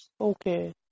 Okay